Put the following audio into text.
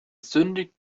sündigt